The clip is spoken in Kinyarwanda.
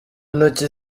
ntoki